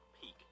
peak